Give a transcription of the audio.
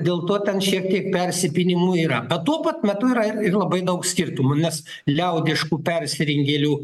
dėl to ten šiek tiek persipynimų yra bet tuo pat metu yra ir ir labai daug skirtumų nes liaudiškų persirengėlių